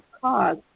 cause